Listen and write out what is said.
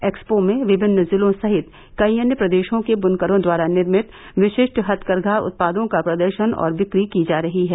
expo में विभिन्न जिलों सहित कई अन्य प्रदेशों के बुनकरों द्वारा निर्मित विशिष्ट हथकरघा उत्पादों का प्रदर्शन और बिक्री की जा रही है